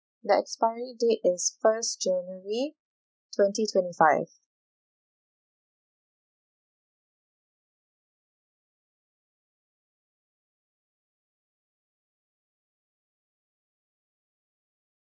the expiry date is first january twenty twenty five